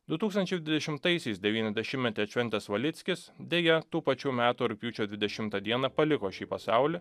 du tūkstančiai dvidešimtaisiais devyniasdešimtmetį atšventęs valickis deja tų pačių metų rugpjūčio dvidešimtą dieną paliko šį pasaulį